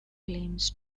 claims